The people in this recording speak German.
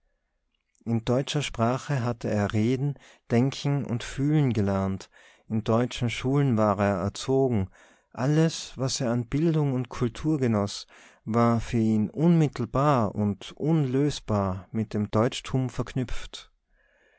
in deutscher sprache hatte er reden denken und fühlen gelernt in deutschen schulen war er erzogen alles was er an bildung und kultur genoß war für ihn unmittelbar und unlösbar mit dem deutschtum verknüpft